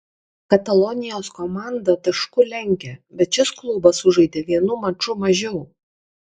katalonijos komanda tašku lenkia bet šis klubas sužaidė vienu maču mažiau